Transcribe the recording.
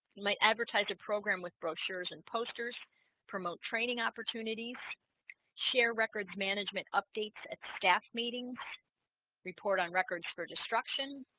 might advertise a program with brochures and posters promote training opportunities share records management updates at staff meetings report on records for destruction